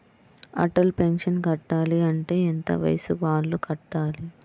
Atal pension కట్టాలి అంటే ఎంత వయసు వాళ్ళు కట్టాలి?